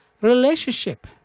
Relationship